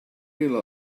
you